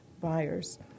buyers